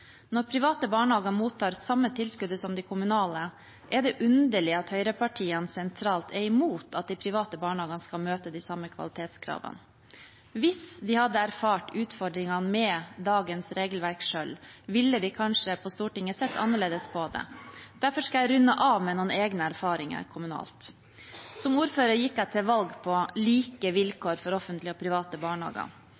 Når private barnehager mottar samme tilskudd som de kommunale, er det underlig at høyrepartiene sentralt er imot at de private barnehagene skal møte de samme kvalitetskravene. Hvis de hadde erfart utfordringer med dagens regelverk selv, ville de på Stortinget kanskje sett annerledes på det. Derfor skal jeg runde av med noen egne erfaringer kommunalt. Som ordfører gikk jeg til valg på like